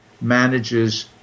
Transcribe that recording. manages